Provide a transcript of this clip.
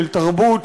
של תרבות,